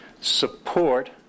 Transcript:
support